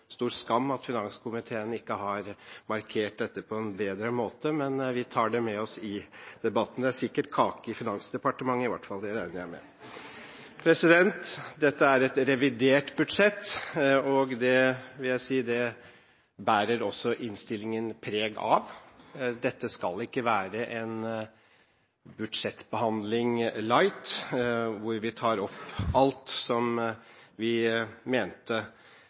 stor skam at finanskomiteen ikke har markert dette på en bedre måte, men vi tar det med oss i debatten. Det er sikkert kake i Finansdepartementet, i hvert fall. Det regner jeg med. Dette er et revidert budsjett, og det bærer også innstillingen preg av. Dette skal ikke være en budsjettbehandling «light», hvor vi tar opp alt som vi mente